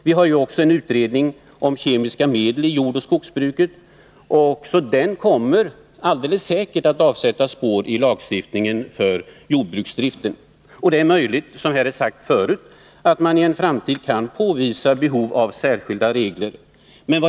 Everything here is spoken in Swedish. Det pågår också en utredning om kemiska medel i jordoch skogsbruket. Även den kommer alldeles säkert att sätta spår i lagstiftningen för jordbruksdriften. Det är också möjligt, vilket har sagts tidigare, att man i en framtid kan påvisa behov av särskilda regler.